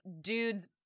dudes